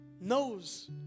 knows